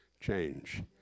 change